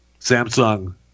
Samsung